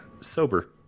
Sober